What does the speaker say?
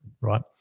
right